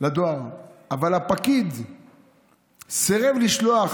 לדואר אבל הפקיד סירב לשלוח.